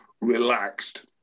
relaxed